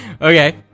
Okay